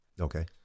Okay